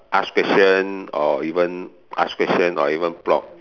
ask question or even ask question or even plot